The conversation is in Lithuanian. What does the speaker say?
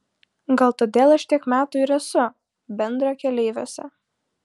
gal todėl aš tiek metų ir esu bendrakeleiviuose